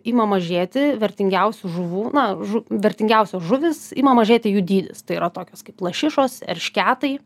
ima mažėti vertingiausių žuvų na vertingiausios žuvys ima mažėti jų dydis tai yra tokios kaip lašišos eršketai